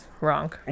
wrong